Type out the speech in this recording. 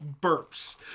burps